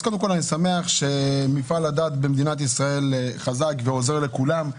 אז אני שמח שמפעל הדת במדינת ישראל חזק ועוזר לכולם,